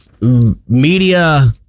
media